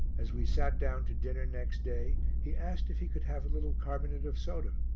as we sat down to dinner next day he asked if he could have a little carbonate of soda.